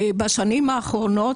בשנים האחרונות,